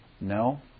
no